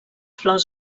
flors